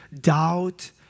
doubt